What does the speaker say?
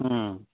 ꯎꯝ